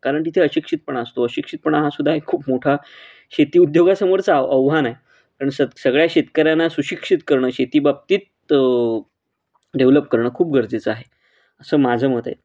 कारण तिथे अशिक्षितपणा असतो अशिक्षितपणा हा सुद्धा हे खूप मोठा शेती उद्योगासमोरचा आव आव्हान आहे कारण सग सगळ्या शेतकऱ्यांना सुशिक्षित करणं शेतीबाबतीत डेव्हलप करणं खूप गरजेचं आहे असं माझं मत आहे